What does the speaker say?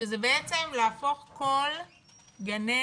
שזה בעצם להפוך כל גננת